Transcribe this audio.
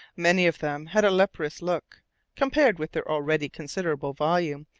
many of them had a leprous look compared with their already considerable volume,